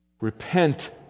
Repent